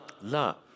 love